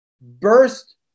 burst